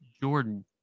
Jordan